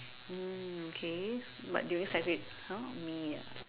mm okay but during faci~ !huh! me ah